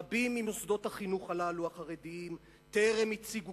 רבים ממוסדות החינוך החרדיים הללו טרם הציגו